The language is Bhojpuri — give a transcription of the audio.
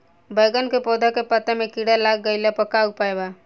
बैगन के पौधा के पत्ता मे कीड़ा लाग गैला पर का उपाय बा?